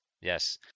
yes